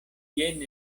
jen